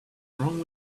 wrong